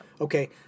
Okay